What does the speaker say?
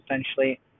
essentially